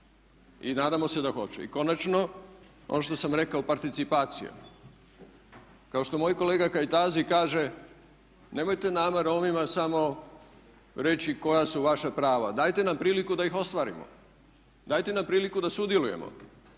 I nadamo se da hoće. I konačno ono što sam rekao, participacija. Kao što moj kolega Kajtazi kaže nemojte nama Romima samo reći koja su vaša prava, dajte nam priliku da ih ostvarimo, dajte nam priliku da sudjelujemo,